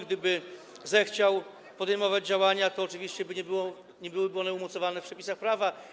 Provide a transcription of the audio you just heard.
Gdyby zechciał podejmować działania, to oczywiście nie byłyby one umocowane w przepisach prawa.